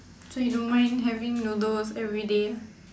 so you don't mind having noodles everyday ah